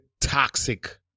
toxic